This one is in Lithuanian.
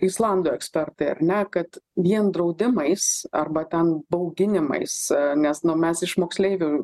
islandų ekspertai ar ne kad vien draudimais arba ten bauginimais nes nu mes iš moksleivių